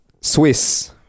Swiss